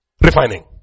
Refining